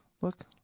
look